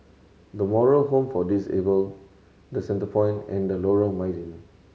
The Moral Home for Disabled The Centrepoint and Lorong Mydin